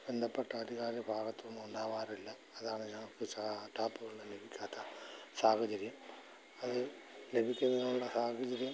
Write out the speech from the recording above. ബന്ധപ്പെട്ട അധികാരി ഭാഗത്തുനിന്ന് ഉണ്ടാവാറില്ല അതാണ് ഞങ്ങള്ക്ക് ടാപ്പുവെള്ളം ലഭിക്കാത്ത സാഹചര്യം അത് ലഭിക്കുന്നതിനുള്ള സാഹചര്യം